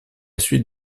suite